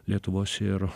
lietuvos ir